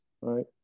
right